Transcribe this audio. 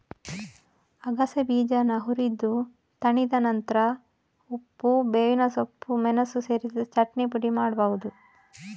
ಅಗಸೆ ಬೀಜಾನ ಹುರಿದು ತಣಿದ ನಂತ್ರ ಉಪ್ಪು, ಬೇವಿನ ಸೊಪ್ಪು, ಮೆಣಸು ಸೇರಿಸಿ ಚಟ್ನಿ ಪುಡಿ ಮಾಡ್ಬಹುದು